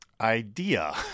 idea